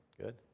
Good